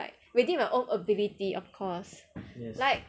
like within my own ability of course like